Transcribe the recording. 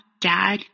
Dad